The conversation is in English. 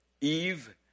Eve